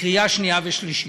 בקריאה שנייה ושלישית.